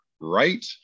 right